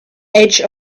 edge